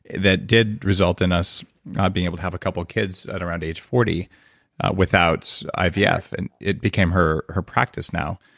that did result in us not being able to have a couple of kids at around age forty without ivf. yeah and it became her her practice now,